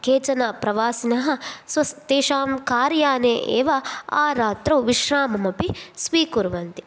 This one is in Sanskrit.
केचन प्रवासिनः तेषां कार् याने एव आरात्रौ विश्रामम् अपि स्वीकुर्वन्ति